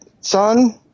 son